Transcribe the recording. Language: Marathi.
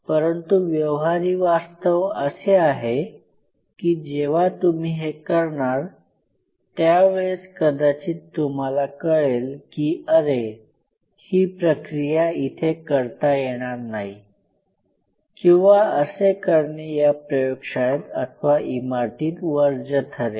परंतु व्यवहारी वास्तव असे आहे की जेव्हा तुम्ही हे करणार त्यावेळेस कदाचित तुम्हाला कळेल की अरे ही प्रक्रिया इथे करता येणार नाही किंवा असे करणे या प्रयोगशाळेत अथवा इमारतीत वर्ज्य ठरेल